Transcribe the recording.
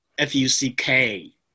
F-U-C-K